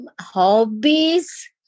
Hobbies